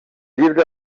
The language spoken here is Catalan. llibre